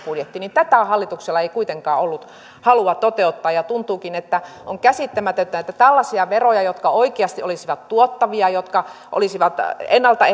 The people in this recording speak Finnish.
budjettiin niin tätä hallituksella ei kuitenkaan ollut halua toteuttaa tuntuukin että on käsittämätöntä että tällaisia veroja jotka oikeasti olisivat tuottavia jotka olisivat ennalta